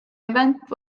event